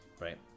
Right